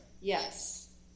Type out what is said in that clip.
Yes